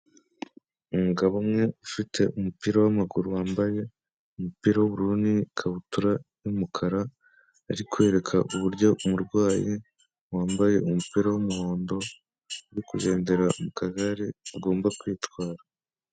Umugabo umwe ufite umupira w'amaguru wambaye umupira w'ubururu ni ikabutura y'umukara, ari kwereka uburyo umurwayi wambaye umupira w'umuhondo uri kugendera mu kagare agomba kwitwara.